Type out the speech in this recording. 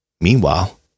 Meanwhile